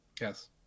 Yes